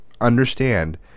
understand